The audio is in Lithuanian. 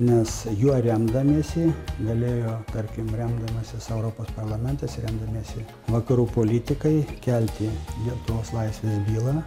nes juo remdamiesi galėjo tarkim remdamasis europos parlamentas remdamiesi vakarų politikai kelti lietuvos laisvės bylą